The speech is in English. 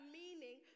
meaning